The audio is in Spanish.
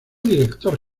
director